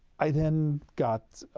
i then got